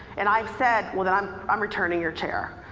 and i've said, well then, i'm i'm returning your chair.